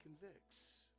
convicts